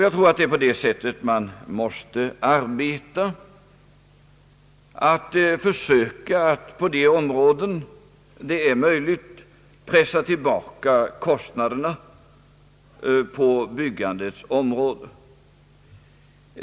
Jag tror att det är på det sättet man måste arbeta — att försöka att på de områden där det är möjligt pressa ned kostnaderna på byggandets område.